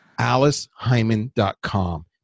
AliceHyman.com